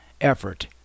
effort